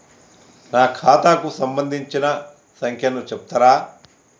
నా ఖాతా కు సంబంధించిన సంఖ్య ను చెప్తరా?